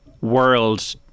world